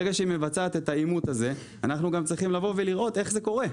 ברגע שהיא מבצעת את האימות הזה אנחנו צריכים לראות איך זה קורה.